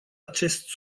acest